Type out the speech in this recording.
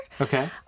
Okay